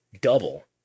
double